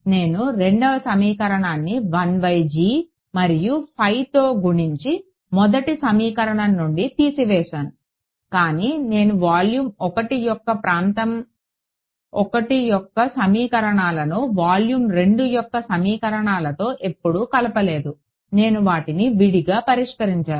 నేను రెండవ సమీకరణాన్ని మరియు తో గుణించి మొదటి సమీకరణం నుండి తీసివేశాను కానీ నేను వాల్యూమ్ 1 యొక్క ప్రాంతం 1 యొక్క సమీకరణాలను వాల్యూమ్ 2 యొక్క సమీకరణాలతో ఎప్పుడూ కలపలేదు నేను వాటిని విడిగా పరిష్కరించాను